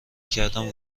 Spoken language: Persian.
کردن